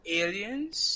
aliens